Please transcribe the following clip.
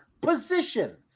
position